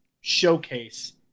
showcase